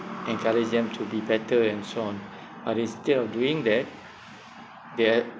encourage them to be better and so on but instead of doing that they're